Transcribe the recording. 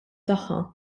tagħha